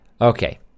Okay